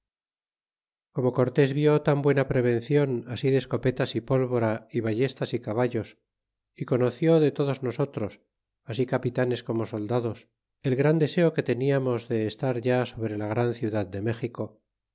como cortés vi tan buena prevencion así de escopetas y pólvora y ballestas y caballos y conoció de todos nosotros así capitanes como soldados el gran deseo que teniarnos de estar ya sobre la gran ciudad de méxico